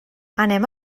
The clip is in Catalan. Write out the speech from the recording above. anem